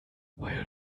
heul